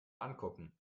angucken